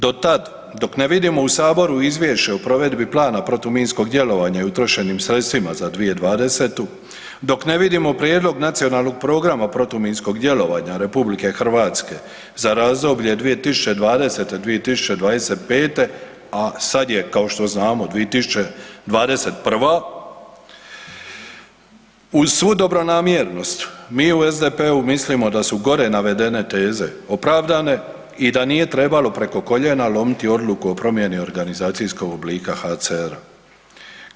Do tad dok ne vidimo u Saboru Izvješće o provedbi Plana protuminskog djelovanja i utrošenim sredstvima za 2020.g. dok ne vidimo prijedlog Nacionalnog programa protuminskog djelovanja RH za razdoblje 2020.-2026., a sada je kao što znamo 2021., uz svu dobronamjernost mi u SDP-u mislimo da su gore navedene teze opravdane i da nije trebalo preko koljena lomiti odluku o promjeni organizacijskog oblika HCR-a.